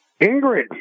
Ingrid